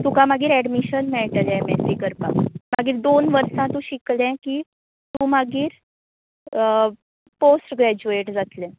तुका मागीर एडमीशन मेळटलें एम एस इ करपाक मागीर दोन वर्सां तूं शिकलें की तूं मागीर पोस्ट ग्रेजुवेट जातलें